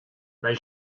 they